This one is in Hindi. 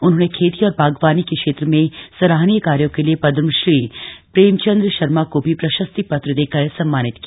उन्होंने खेती और बागवानी के क्षेत्र में सराहनीय कार्यों के लिए पद्मश्री प्रेमचन्द्र शर्मा को भी प्रशस्ति पत्र देकर सम्मानित किया